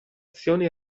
azioni